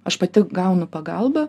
aš pati gaunu pagalbą